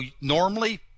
Normally